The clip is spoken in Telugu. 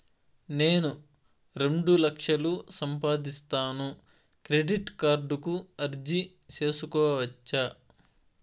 నేను రెండు లక్షలు సంపాదిస్తాను, క్రెడిట్ కార్డుకు అర్జీ సేసుకోవచ్చా?